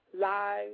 live